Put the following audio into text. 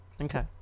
Okay